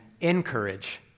encourage